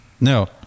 No